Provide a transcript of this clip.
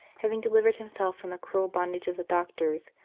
having delivered himself from the cruel bondage of the doctors,